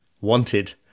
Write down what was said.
wanted